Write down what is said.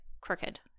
crooked